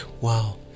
Wow